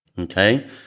okay